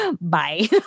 Bye